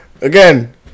Again